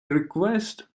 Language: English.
request